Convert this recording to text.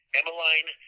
Emmeline